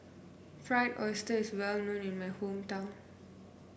Fried Oyster is well known in my hometown